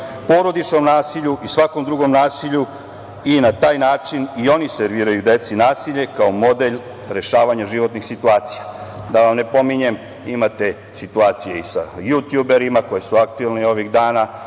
porodičnom nasilju i svakom drugom nasilju i na taj način i oni serviraju deci nasilje, kao model rešavanja životnih situacija. Da vam ne spominjem, imate situacije i sa jutjuberima, koji su aktivni ovih dana,